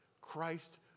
Christ